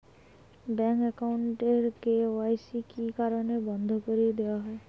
Bank account এর KYC কি কি কারণে বন্ধ করি দেওয়া হয়?